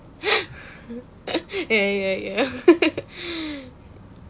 ya ya ya